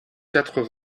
quatre